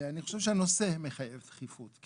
ואני חושב שהנושא מחייב דחיפות.